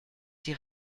die